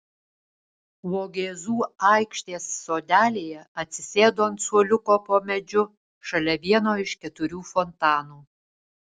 vogėzų aikštės sodelyje atsisėdu ant suoliuko po medžiu šalia vieno iš keturių fontanų